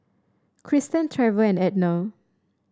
Cristen Trever and Edna